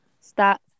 start